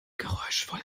geräuschvoll